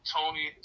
Tony